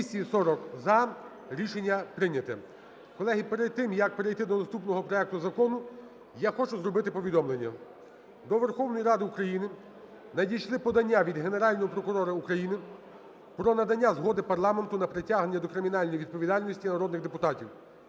За-240 Рішення прийнято. Колеги, перед тим, як перейти до наступного проекту закону, я хочу зробити повідомлення. До Верховної Ради України надійшли подання від Генерального прокурора України про надання згоди парламенту на притягнення до кримінальної відповідальності народних депутатів: